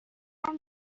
خواهم